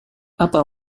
apa